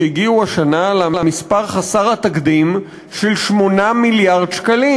שהגיעו השנה למספר חסר התקדים של 8 מיליארד שקלים.